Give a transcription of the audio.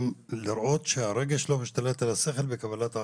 לראות שהרגש לא משתלט על השכל בקבלת ההחלטות.